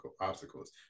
obstacles